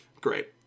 Great